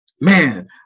man